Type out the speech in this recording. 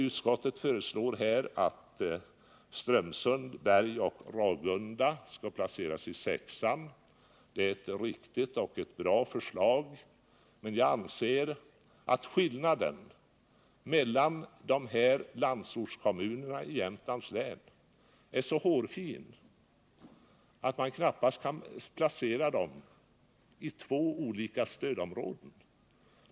Utskottet föreslår här att Strömsund, Berg och Ragunda skall placeras i stödområde 6. Det är ett riktigt och bra förslag, men jag anser att skillnaden mellan landsortskommunerna i Jämtlands län är så hårfin, att man inte kan placera dem i två olika stödområden.